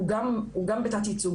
הוא גם בתת ייצוג,